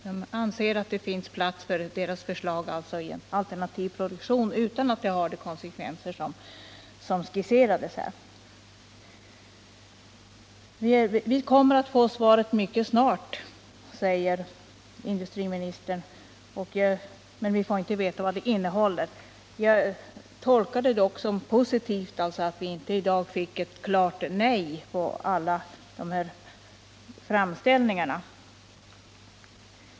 De anser att det finns plats för deras förslag i en alternativ produktion utan att det får de konsekvenser som har skisserats här. Vi kommer att få svaret mycket snart, säger industriministern. Vi får inte veta vad det innehåller, men jag tolkar det som positivt att vi i dag inte fick ett klart nej på alla de här framställningarna.